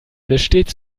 besteht